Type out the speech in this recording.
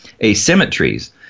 asymmetries